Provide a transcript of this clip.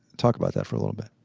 talk about that for a little bit